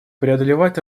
преодолевать